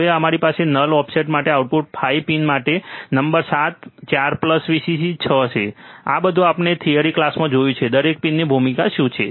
પછી અમારી પાસે નલ ઓફસેટ માટે આઉટપુટ 5 માટે પિન નંબર 7 4 પ્લસ Vcc 6 છે આ બધું આપણે થિયરી ક્લાસમાં જોયું છે દરેક પિનની ભૂમિકા શું છે